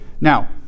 Now